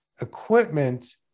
equipment